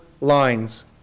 lines